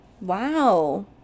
wow